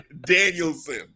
Danielson